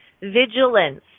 vigilance